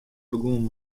begûn